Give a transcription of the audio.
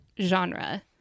genre